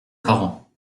parents